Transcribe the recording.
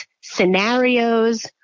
scenarios